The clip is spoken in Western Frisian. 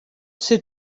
sit